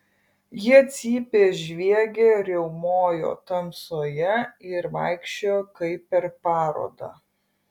jie cypė žviegė riaumojo tamsoje ir vaikščiojo kaip per parodą